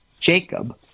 Jacob